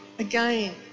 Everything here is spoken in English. Again